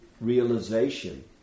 realization